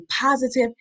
positive